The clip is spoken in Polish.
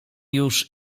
już